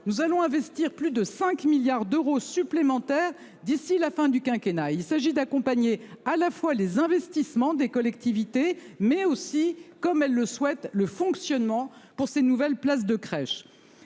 Nous allons investir plus de 5 milliards d'euros supplémentaires d'ici la fin du quinquennat. Il s'agit d'accompagner à la fois les investissements des collectivités mais aussi comme elle le souhaite, le fonctionnement pour ces nouvelles places de crèches.